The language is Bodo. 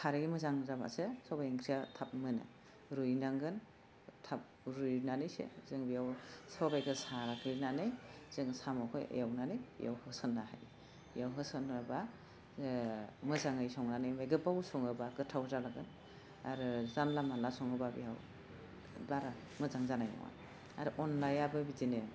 खारै मोजां जाबासो सबाइ ओंख्रिया थाब मोनो रुइनांगोन थाब रुइनानैसो जों बेयाव सबाइखो साग्लिनानै जों साम'खो एवनानै इयाव होसननो हायो एयाव होसनोबा मोजाङै संनानै ओमफाय गोबाव सङोबा गोथाव जालांगोन आरो जानला मोनला सङोबा बेयाव बारा मोजां जानाय नङा आरो अनलायाबो बिदिनो